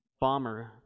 bomber